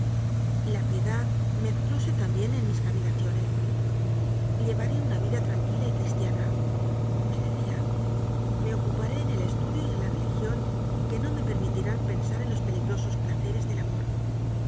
la piedad mezclóse también en mis cavilacio nes llevaré una vida tranquila y cristianame decía me ocuparé en el estudio y en la religión que no me permitirán pensar en los peligrosos pla ceres del amor